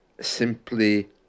simply